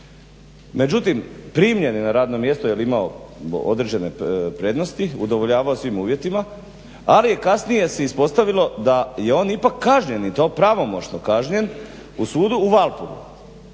međutim primljen je na radno mjesto jer je imao određene prednosti, udovoljavao svim uvjetima ali se kasnije ispostavilo da je on ipak kažnjen i to pravomoćno kažnjen u sudu u Valpovu.